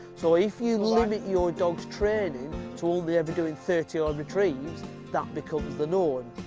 so if you limit your dog's training to only ever doing thirty odd retrieves that becomes the norm.